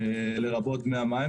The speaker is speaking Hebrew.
לרבות דמי המים.